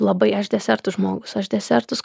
labai aš desertų žmogus aš desertus